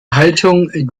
haltung